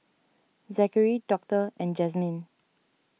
Zackery Doctor and Jazmyn